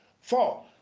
Four